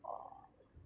!aww!